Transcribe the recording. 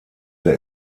der